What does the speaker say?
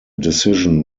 decision